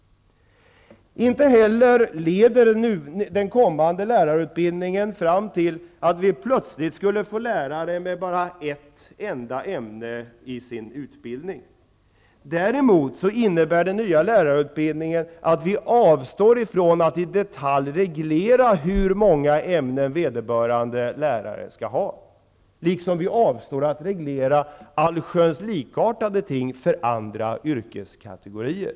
Inte heller leder den kommande lärarutbildningen fram till att vi plötsligt skulle få lärare med bara ett enda ämne i sin utbildning. Den nya lärarutbildningen innebär däremot att vi avstår från att i detalj reglera hur många ämnen vederbörande lärare skall ha i sin utbildning, precis som vi avstår från att reglera allsköns likartade ting för andra yrkeskategorier.